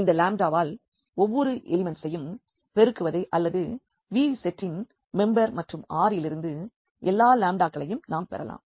இந்த வால் ஒவ்வொரு எலிமெண்ட்சையும் பெருக்குவது அல்லது V செட்டின் மெம்பர் மற்றும் R லிருந்து எல்லா க்களையும் நாம் பெறலாம்